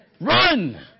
Run